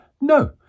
No